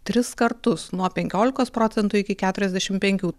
tris kartus nuo penkiolikos procentų iki keturiasdešim penkių